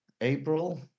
april